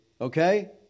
okay